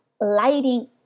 lighting